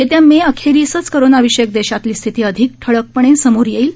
येत्या मे अखेरीसच कोरोनाविषयक देशातली स्थिती अधिक ठळकपणे समोर येईल